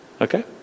okay